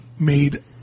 made